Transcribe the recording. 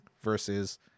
versus